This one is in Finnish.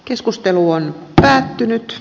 keskustelu on päättynyt